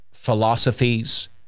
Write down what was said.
Philosophies